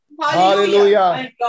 Hallelujah